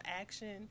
action